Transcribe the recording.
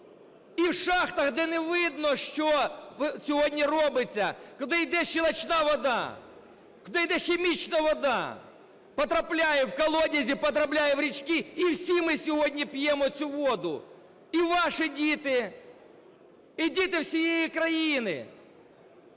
і в шахтах, де не видно, що сьогодні робиться, куди йде щелочна вода, куди йде хімічна вода, потрапляє в колодязі, потрапляє в річки, і всі ми сьогодні п'ємо цю воду – і ваші діти, і діти всієї країни.